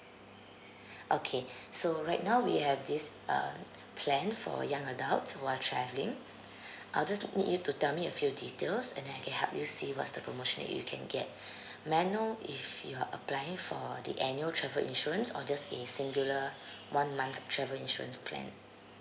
okay so right now we have this uh plan for young adults who are travelling I'll just need you to tell me a few details and then I can help you see what's the promotion that you can get may I know if you're applying for the annual travel insurance or just a singular one month of travel insurance plan